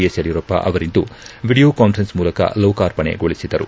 S Yediyurappa ಅವರಿಂದು video conference ಮೂಲಕ ಲೋಕಾರ್ಪಣೆಗೊಳಿಸಿದರು